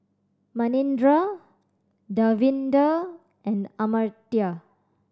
Manindra Davinder and Amartya